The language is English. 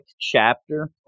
chapter